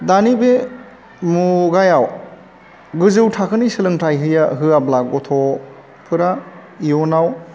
दानि बे मुगायाव गोजौ थाखोनि सोलोंथाइ हैया होयाब्ला गथ'फोरा इयुनआव